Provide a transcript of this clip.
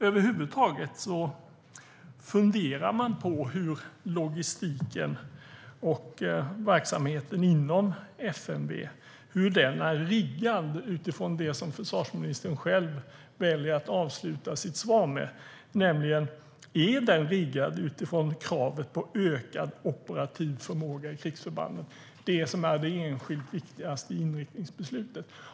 Över huvud taget funderar man på hur logistiken och verksamheten inom FMV är riggad utifrån det som försvarsministern väljer att avsluta sitt svar med, nämligen: Är den riggad utifrån kravet på ökad operativ förmåga i krigsförbanden - det som är det enskilt viktigaste inriktningsbeslutet?